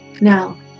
Now